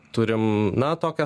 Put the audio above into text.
turim na tokią